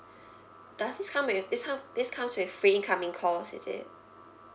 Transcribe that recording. does this come with this come this comes with free incoming calls is it